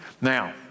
Now